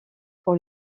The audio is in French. pour